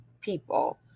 people